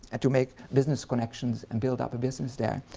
to make business connections and build up a business there,